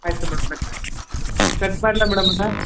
ಆಯಿತು ಮೇಡಮವ್ರೆ ಕಟ್ ಮಾಡಲಾ ಮೇಡಮವ್ರೆ